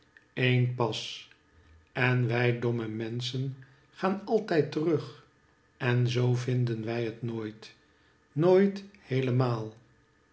een pas en wij domme menschen gaanaltijd terug en zoo vinden wij het nooit nooit heelemaal